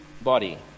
body